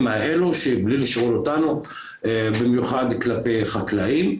קק"ל וכולם מאשרים וכולם